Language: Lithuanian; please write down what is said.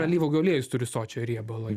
alyvuogių aliejus turi sočiojo riebalo